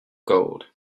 gold